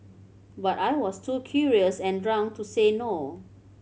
but I was too curious and drunk to say no